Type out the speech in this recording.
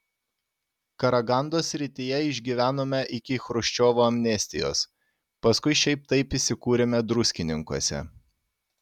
karagandos srityje išgyvenome iki chruščiovo amnestijos paskui šiaip taip įsikūrėme druskininkuose